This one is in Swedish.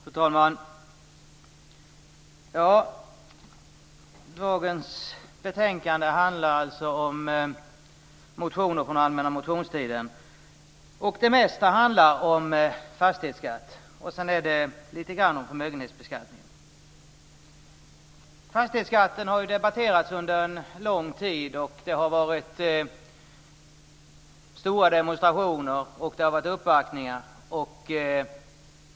Fru talman! Dagens betänkande handlar om motioner från allmänna motionstiden. Det mesta gäller fastighetsskatten. Lite grann gäller förmögenhetsbeskattningen. Fastighetsskatten har debatteras under en lång tid. Det har varit stora demonstrationer och även uppvaktningar.